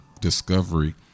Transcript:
discovery